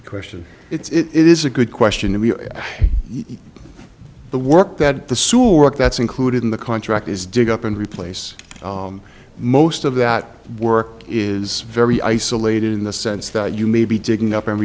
the question it's it is a good question if the work that the surak that's included in the contract is dig up and replace most of that work is very isolated in the sense that you may be digging up and